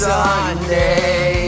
Sunday